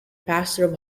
pastor